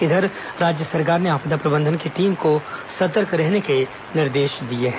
इधर राज्य सरकार ने आपदा प्रबंधन की टीम को सतर्क रहने के निर्देश दिए हैं